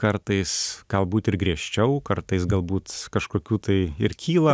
kartais galbūt ir griežčiau kartais galbūt kažkokių tai ir kyla